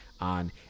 on